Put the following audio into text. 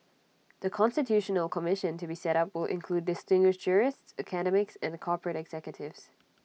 the constitutional commission to be set up will include distinguished jurists academics and corporate executives